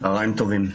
צהרים טובים.